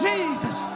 Jesus